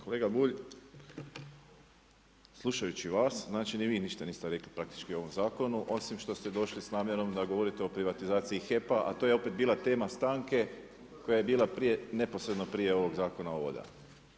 Kolega Bulj, slušajući vas, znači ni vi ništa niste rekli praktički o ovom zakonu osim što ste došli sa namjerom da govorite o privatizaciji HEP-a a to je opet bila tema stanke koja je bila prije, neposredno prije ovog Zakona o vodama.